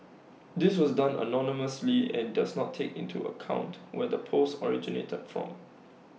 this was done anonymously and does not take into account where the post originated from